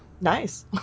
Nice